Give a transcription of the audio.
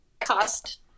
cost